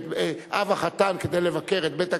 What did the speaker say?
אב החתן כדי לבקר את בית הכלה,